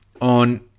on